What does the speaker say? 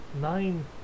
nine